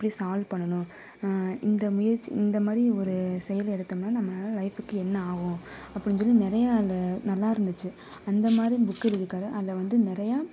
எப்படி சால்வ் பண்ணணும் இந்த முயற்சி இந்த மாதிரி ஒரு செயலை எடுத்தோம்னா நம்மளால் லைஃப்புக்கு என்ன ஆகும் அப்படின்னு சொல்லி நிறையா அந்த நல்லா இருந்துச்சு அந்தமாதிரி புக்கு எழுதிருக்காரு அதில் வந்து நிறையா